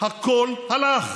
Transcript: נושאים אליה עיניים,